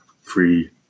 free